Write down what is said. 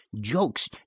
jokes